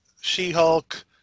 She-Hulk